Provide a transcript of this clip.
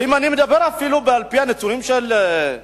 ואם אני מדבר אפילו, על-פי נתוני "מרכז אדוה"